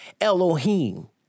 Elohim